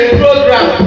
program